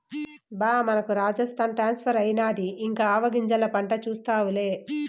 బా మనకు రాజస్థాన్ ట్రాన్స్ఫర్ అయినాది ఇక ఆవాగింజల పంట చూస్తావులే